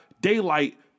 Daylight